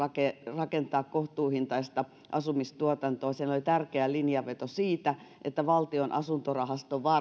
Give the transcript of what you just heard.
rakentaa kohtuuhintaista asumistuotantoa siellä oli tärkeä linjanveto siitä että valtion asuntorahasto var